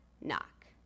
knock